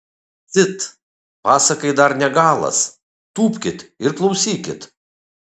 cit pasakai dar ne galas tūpkit ir klausykit